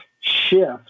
shift